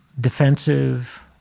defensive